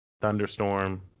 Thunderstorm